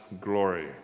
glory